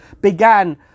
began